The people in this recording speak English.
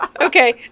Okay